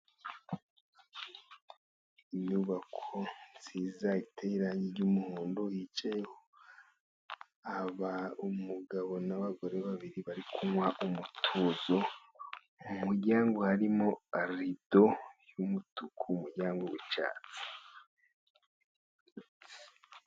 Inyubako nziza iteye irangi ry'umuhondo yicayeho umugabo n'abagore babiri bari kunywa umutuzo mu muryango, harimo rido y'umutuku n'umuryango w'icyatsi.